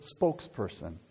spokesperson